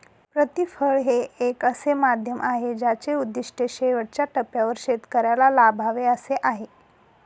प्रतिफळ हे एक असे माध्यम आहे ज्याचे उद्दिष्ट शेवटच्या टप्प्यावर शेतकऱ्याला लाभावे असे आहे